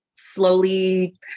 slowly